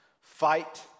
fight